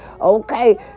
Okay